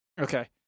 Okay